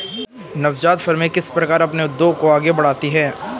नवजात फ़र्में किस प्रकार अपने उद्योग को आगे बढ़ाती हैं?